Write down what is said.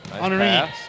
underneath